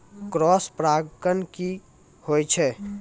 Cross परागण की होय छै?